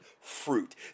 fruit